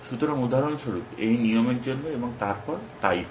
সুতরাং উদাহরণস্বরূপ এই নিয়মের জন্য এবং তারপর তাই হয়